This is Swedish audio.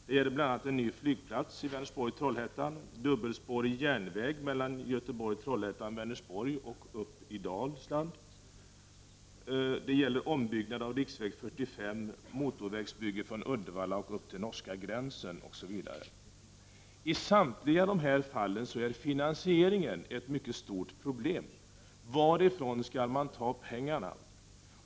Det gäller bl.a. en ny flygplats i Vänersborg-Trollhättan, dubbelspårig järnväg på sträckan Göteborg-Trollhättan-Vänersborg med fortsättning upp i Dalsland, ombyggnad av riksväg 45, motorvägsbygge mellan Uddevalla och den norska gränsen, osv. I samtliga de här fallen är finansieringen ett mycket stort problem. Varifrån skall man ta pengarna?